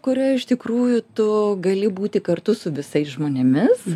kurioj iš tikrųjų tu gali būti kartu su visais žmonėmis